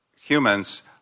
humans